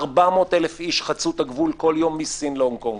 400,000 איש חצו את הגבול כל יום מסין להונג קונג,